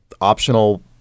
optional